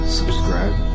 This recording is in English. subscribe